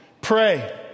Pray